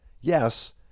Yes